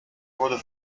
wurde